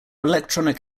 electronic